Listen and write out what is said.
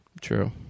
true